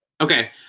Okay